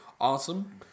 Awesome